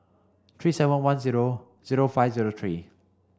three seven one zero zero five zero three